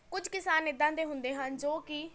ਕੁਝ ਕਿਸਾਨ ਇੱਦਾਂ ਦੇ ਹੁੰਦੇ ਹਨ ਜੋ ਕਿ